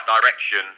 direction